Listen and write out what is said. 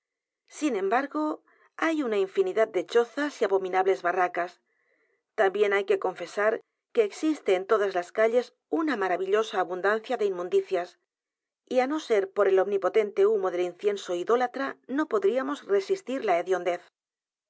sin embargo hay una infinidad de chozas y abominables barracas también hay que confesar que existe en todas las calles una maravillosa abundancia de inmundicias y á no ser por el omnipotente hunío del incienso idólatra no podríamos resistirla hediondez